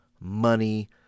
money